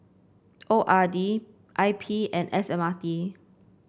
O R D I P and S M R T